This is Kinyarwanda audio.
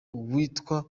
uwitwa